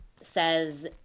says